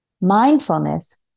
Mindfulness